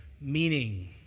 meaning